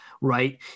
right